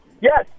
Yes